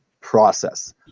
process